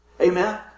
Amen